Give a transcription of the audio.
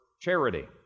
charity